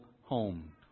home